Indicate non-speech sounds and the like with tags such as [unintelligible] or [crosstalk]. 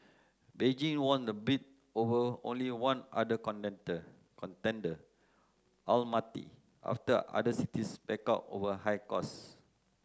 Beijing won the bid over only one other [unintelligible] contender Almaty after other cities backed out over high costs